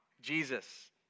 Jesus